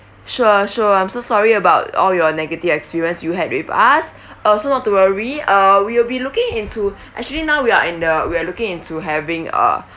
sure sure I'm so sorry about all your negative experience you had with us also not to worry uh we will be looking into actually now we are in a we're looking into having a